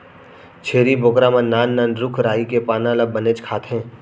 छेरी बोकरा मन नान नान रूख राई के पाना ल बनेच खाथें